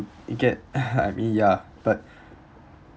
you get I mean ya but